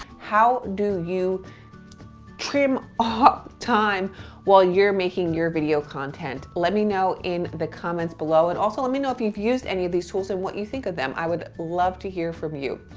how do you trim off ah time while you're making your video content? let me know in the comments below, and also let me know if you've used any of these tools and what you think of them. i would love to hear from you,